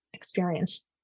experience